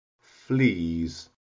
fleas